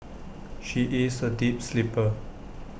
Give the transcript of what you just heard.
she is A deep sleeper